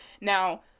now